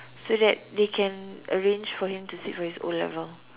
so that they can arrange for him to sit for his O-level